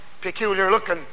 peculiar-looking